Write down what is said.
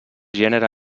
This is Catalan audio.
gènere